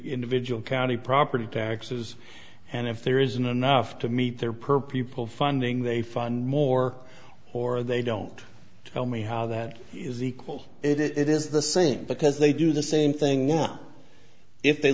individual county property taxes and if there isn't enough to meet their per pupil funding they fund more or they don't tell me how that is equal it is the same because they do the same thing if they